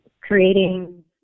creating